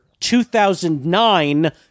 2009